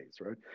right